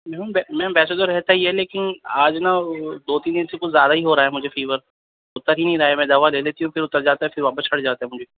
میم ویسے تو رہتا ہی ہے لیکن آج نا دو تین دن سے کچھ زیادہ ہی ہو رہا ہے مجھے فیور اتر ہی نہیں رہا ہے میں دوا لے لیتی ہوں پھر اتر جاتا ہے پھر واپس چڑھ جاتا ہے مجھے